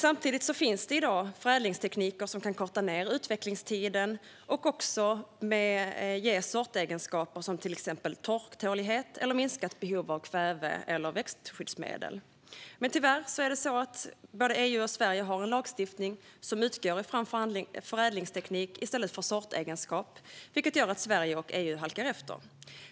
Samtidigt finns det i dag förädlingstekniker som kan korta ned utvecklingstiden och även ge sortegenskaper som till exempel torktålighet eller minskat behov av kväve eller växtskyddsmedel. Tyvärr har både EU och Sverige en lagstiftning som utgår ifrån förädlingsteknik i stället för sortegenskap, vilket gör att Sverige och EU halkar efter.